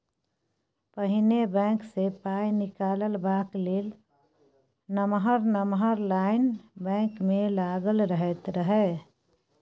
पहिने बैंक सँ पाइ निकालबाक लेल नमहर नमहर लाइन बैंक मे लागल रहैत रहय